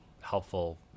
helpful